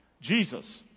Jesus